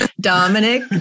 Dominic